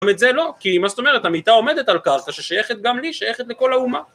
את זה לא? כי מה זאת אומרת, המיטה עומדת על קרקע ששייכת גם לי, שייכת לכל האומה